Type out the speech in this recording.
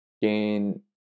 gain